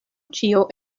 ĉio